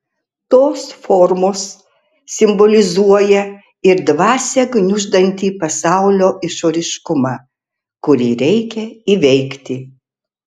tos formos simbolizuoja ir dvasią gniuždantį pasaulio išoriškumą kurį reikia įveikti